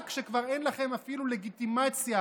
רק כשכבר אין לכם אפילו לגיטימציה,